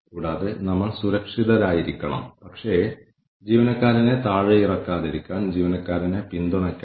പക്ഷേ നമ്മളുടെ ഉപഭോക്താക്കൾ നമ്മൾ ചെയ്യുന്ന കാര്യങ്ങളിൽ അല്ലെങ്കിൽ നമ്മൾ എങ്ങനെ പെരുമാറുന്നു എന്നതിൽ തൃപ്തരല്ലെങ്കിൽ എന്താവും